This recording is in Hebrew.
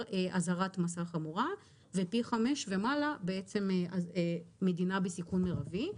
אזהרת מסע חמורה ופי חמישה ומעלה בעצם זו מדינה בסיכון מרבי.